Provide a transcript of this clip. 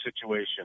situation